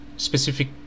Specific